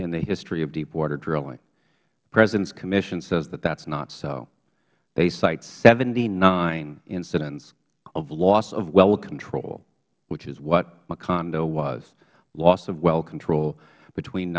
in the history of deepwater drilling the president's commission says that that's not so they cite seventy nine incidents of loss of well control which is what macondo was loss of well control between